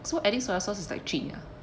so adding soy sauce is like